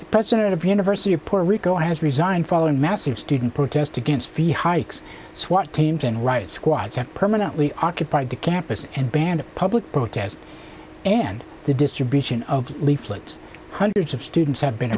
firm president of the university of puerto rico has resigned following massive student protest against fee hikes swat teams and right squads have permanently occupied the campus and banned public protests and the distribution of leaflets hundreds of students have been